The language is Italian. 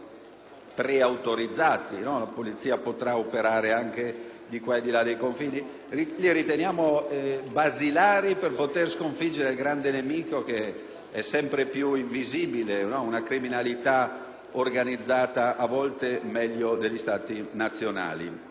pre-autorizzati (la polizia potrà operare anche al di là dei confini). Sono tutte misure che riteniamo basilari per poter sconfiggere il grande nemico che è sempre più invisibile: una criminalità organizzata a volte meglio degli Stati nazionali.